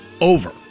over